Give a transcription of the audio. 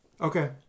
Okay